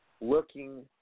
looking